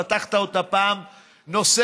פתחת אותה פעם נוספת,